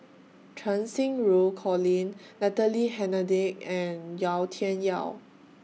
Cheng Xinru Colin Natalie Hennedige and Yau Tian Yau